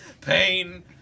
pain